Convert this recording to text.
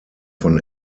von